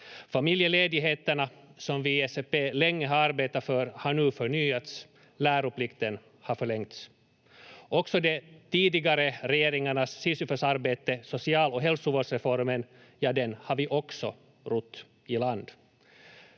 Familjeledigheterna, som vi i SFP länge har arbetat för, har nu förnyats. Läroplikten har förlängts. Också de tidigare regeringarnas sisyfosarbete, social- och hälsovårdsreformen, ja, den har vi också rott i land.